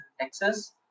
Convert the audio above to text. Texas